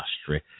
Austria